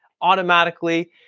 automatically